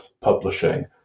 publishing